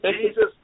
Jesus